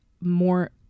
more